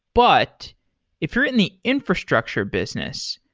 but if you're in the infrastructure business,